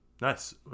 nice